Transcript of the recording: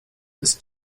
ist